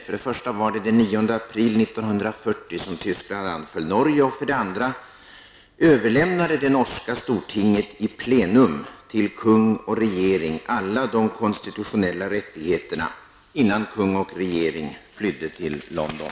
För det första var det den 9 april 1940 som Tyskland anföll Norge, och för det andra överlämnade det norska stortinget i plenum till kung och regering alla de konstitutionella rättigheterna, innan kung och regering flydde till London.